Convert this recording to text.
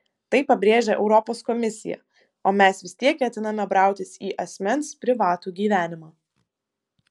tai pabrėžia europos komisija o mes vis tiek ketiname brautis į asmens privatų gyvenimą